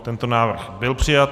Tento návrh byl přijat.